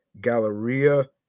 Galleria